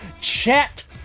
chat